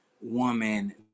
woman